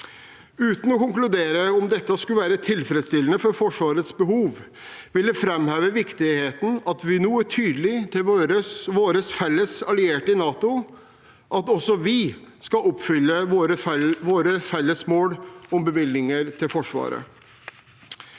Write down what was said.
Uten å konkludere på om dette skulle være tilfredsstillende for Forsvarets behov, vil jeg framheve viktigheten av at vi nå er tydelige til våre felles allierte i NATO om at også vi skal oppfylle våre felles mål om bevilgninger til Forsvaret.